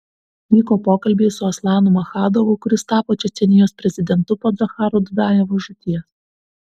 vyko pokalbiai su aslanu maschadovu kuris tapo čečėnijos prezidentu po džocharo dudajevo žūties